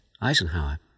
Eisenhower